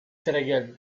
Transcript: ceregieli